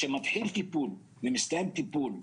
שמתחיל טיפול ומסתיים טיפול.